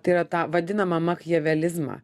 tai yra tą vadinamą makiavelizmą